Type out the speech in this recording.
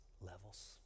levels